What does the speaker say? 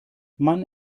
man